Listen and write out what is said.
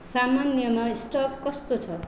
सामान्यमा stock कस्तो छ